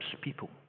people